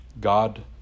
god